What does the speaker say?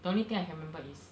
the only thing I can remember is